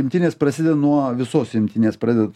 imtynės prasideda nuo visos imtynės pradeda